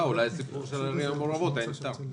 אולי הסיפור של הערים המעורבות היה נפתר.